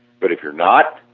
but if you are not,